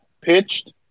pitched